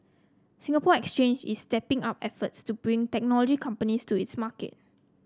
Singapore Exchange is stepping up efforts to bring technology companies to its market